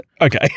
Okay